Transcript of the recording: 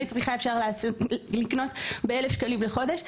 צריכה אפשר לקנות ב-1000 שקלים לחודש,